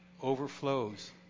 overflows